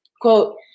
Quote